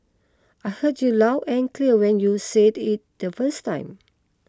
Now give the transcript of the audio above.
I heard you loud and clear when you said it the first time